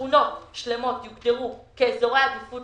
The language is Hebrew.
ששכונות שלמות יוגדרו כאזורי עדיפות